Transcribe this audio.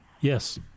Yes